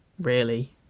really